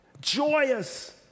joyous